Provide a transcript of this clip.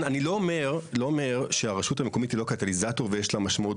אני לא אומר שהרשות המקומית היא לא קטליזטור ויש לה משמעות.